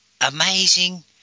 amazing